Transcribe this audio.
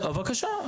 בבקשה.